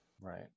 Right